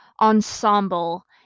ensemble